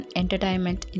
entertainment